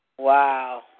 Wow